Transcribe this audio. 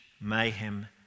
mayhem